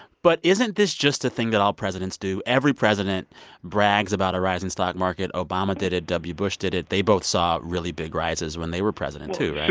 but isn't this just a thing that all presidents do? every president brags about a rising stock market. obama did it. w. bush did it. they both saw really big rises when they were president, too,